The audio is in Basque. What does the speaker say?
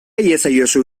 iezaiozu